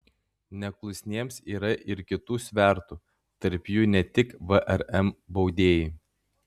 neklusniems yra ir kitų svertų tarp jų ne tik vrm baudėjai